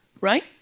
right